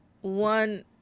one